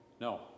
No